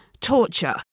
torture